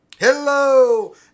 Hello